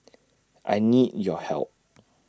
I need your help